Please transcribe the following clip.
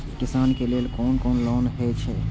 किसान के लेल कोन कोन लोन हे छे?